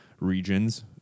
regions